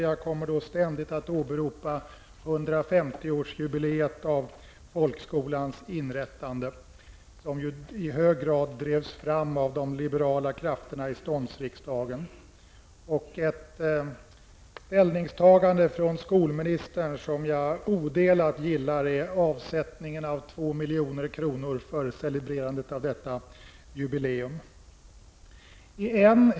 Jag kommer då ständigt att åberopa 150 årsjubileet av folkskolans inrättande, som i hög grad drevs fram av liberala krafter i ståndsriksdagen. Ett ställningstagande från skolministern som jag odelat gillar är avsättandet av 2 milj.kr. för celebrerandet av detta jubileum.